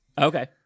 Okay